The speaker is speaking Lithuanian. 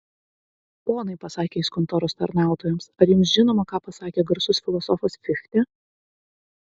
ponai pasakė jis kontoros tarnautojams ar jums žinoma ką pasakė garsus filosofas fichtė